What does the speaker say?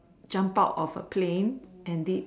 jump out of a plane and did